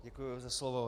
Děkuji za slovo.